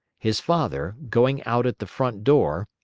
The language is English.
his father, going out at the front door,